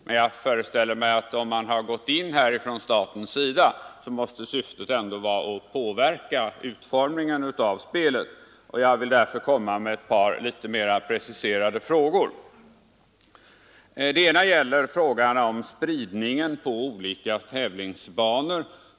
Men jag föreställer mig att om man har gått in här från statens sida måste syftet ändå vara att påverka utform ningen av spelet. Jag vill därför ställa ett par litet mera preciserade frågor. Den första frågan gäller spridningen på olika tävlingsbanor.